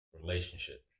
relationship